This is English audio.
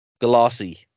glossy